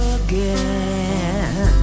again